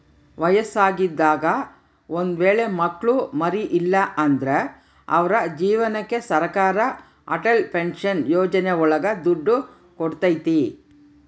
ವಯಸ್ಸಾಗಿದಾಗ ಒಂದ್ ವೇಳೆ ಮಕ್ಳು ಮರಿ ಇಲ್ಲ ಅಂದ್ರು ಅವ್ರ ಜೀವನಕ್ಕೆ ಸರಕಾರ ಅಟಲ್ ಪೆನ್ಶನ್ ಯೋಜನೆ ಒಳಗ ದುಡ್ಡು ಕೊಡ್ತೈತಿ